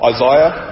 Isaiah